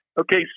Okay